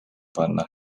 panna